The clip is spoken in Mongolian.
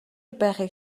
байхыг